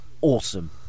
awesome